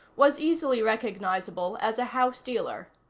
was easily recognizable as a house dealer.